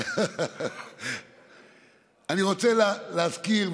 אני רוצה להזכיר,